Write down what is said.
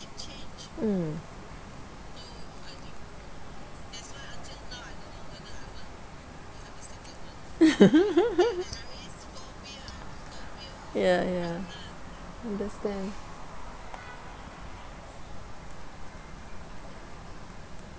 mm ya ya understand